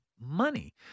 money